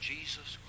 Jesus